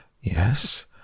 Yes